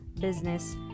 business